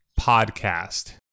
podcast